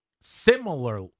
similar